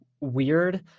weird